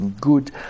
good